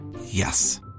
Yes